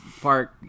Park